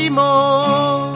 more